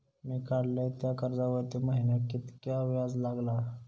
मी काडलय त्या कर्जावरती महिन्याक कीतक्या व्याज लागला?